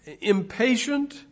impatient